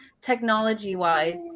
technology-wise